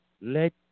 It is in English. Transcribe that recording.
let